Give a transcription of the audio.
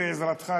בעזרתך,